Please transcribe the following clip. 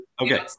Okay